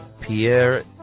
Pierre